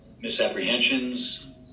misapprehensions